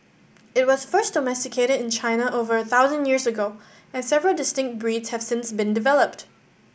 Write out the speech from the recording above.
it was first domesticated in China over a thousand years ago and several distinct breeds have since been developed